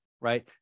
Right